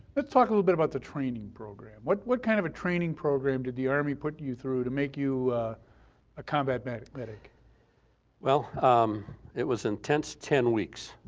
let's talk a little bit about the training program, what what kind of a training program did the army put you through to make you a combat medic? well it was intense ten weeks,